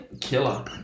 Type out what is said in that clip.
Killer